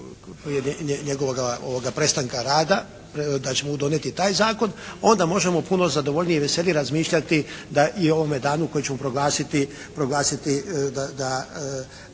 njegova prestanka rada, da ćemo donijeti taj zakon, onda možemo puno zadovoljnije i veselije razmišljati i o ovome danu koji ćemo proglasiti da